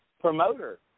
promoter